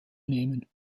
nehmen